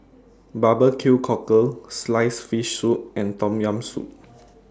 Barbecue Cockle Sliced Fish Soup and Tom Yam Soup